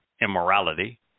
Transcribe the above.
immorality